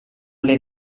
alle